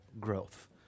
growth